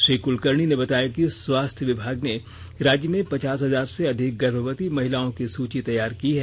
श्री कुलकर्णी ने बताया कि स्वास्थ्य विभाग ने राज्य में पचास हजार से अधिक गर्भवती महिलाओं की सूची तैयार की है